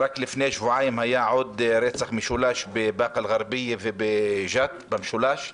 רק לפני שבועיים היה עוד רצח משולש בבאקה אל-גרבייה ובג'ת במשולש.